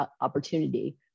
opportunity